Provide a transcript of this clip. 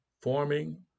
forming